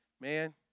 man